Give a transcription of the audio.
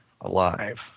alive